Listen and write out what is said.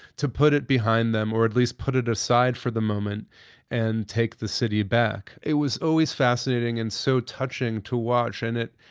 to put it behind them or at least put it aside for the moment and take the city back. it was always fascinating and so touching to watch. and it,